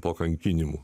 po kankinimų